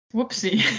Whoopsie